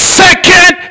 second